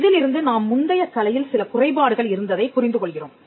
இதிலிருந்து நாம் முந்தைய கலையில் சில குறைபாடுகள் இருந்ததைப் புரிந்து கொள்கிறோம்